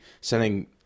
sending